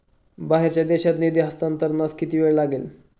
बाहेरच्या देशात निधी हस्तांतरणास किती वेळ लागेल?